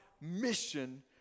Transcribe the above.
mission